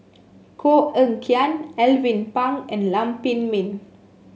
Koh Eng Kian Alvin Pang and Lam Pin Min